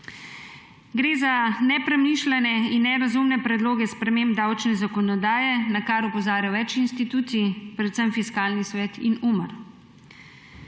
Gre za nepremišljene in nerazumne predloge sprememb davčne zakonodaje, na kar opozarja več institucij, predvsem Fiskalni svet in Umar.